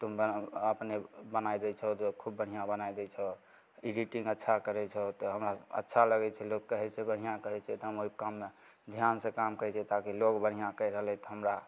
तुम बना आपने बनै दै छहो जे खूब बढ़िआँ बनै दै छऽ एडिटिन्ग अच्छा करै छहो तऽ हमरा अच्छा लगै छै लोक कहै छै बढ़िआँ करै छै तऽ हम ओहि काममे धिआनसे काम करै छिए ताकि लोक बढ़िआँ कहि रहलै तऽ हमरा